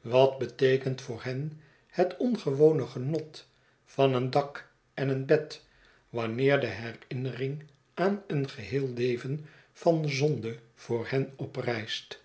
wat beteekent voor hen het ongewone genot van een dak en een bed wanneer de herinnering aan een geheel leven van zonde voor hen oprijst